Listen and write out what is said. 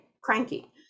cranky